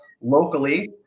locally